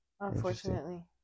Unfortunately